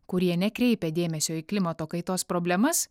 kurie nekreipia dėmesio į klimato kaitos problemas